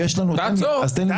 תעצור.